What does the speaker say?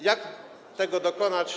Jak tego dokonać?